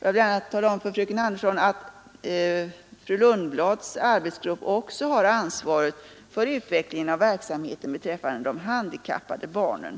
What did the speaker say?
Jag kan tala om för fröken Andersson att fru Lundblads arbetsgrupp också har ansvaret för utvecklingen av verksamheten rörande de handikappade barnen.